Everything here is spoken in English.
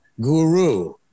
guru